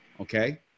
Okay